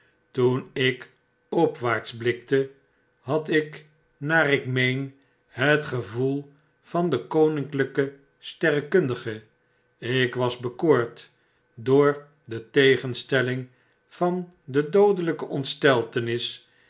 toen ik opwaarts blikte had ik naar ik meen het gevoel van den koninklyken sterrekundige ik was bekoord door de tegenstelling van de doodelyke ontsteltenis